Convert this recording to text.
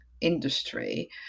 industry